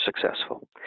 successful